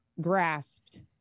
grasped